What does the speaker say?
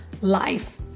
life